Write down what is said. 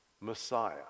Messiah